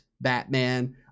Batman